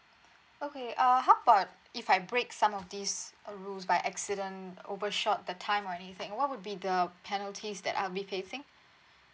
okay uh how about if I break some of these uh rules by accident overshot the time or anything what would be the penalties that I'll be facing